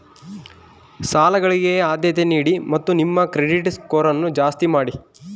ಸಾಲಗಳಿಗೆ ಆದ್ಯತೆ ನೀಡಿ ಮತ್ತು ನಿಮ್ಮ ಕ್ರೆಡಿಟ್ ಸ್ಕೋರನ್ನು ಜಾಸ್ತಿ ಮಾಡಿ